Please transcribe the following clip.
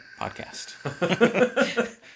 podcast